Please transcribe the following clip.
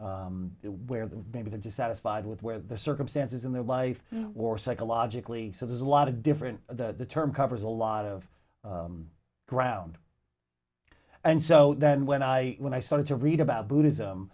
given where the baby the dissatisfied with where the circumstances in their life or psychologically so there's a lot of different the term covers a lot of ground and so when i when i started to read about buddhism